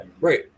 Right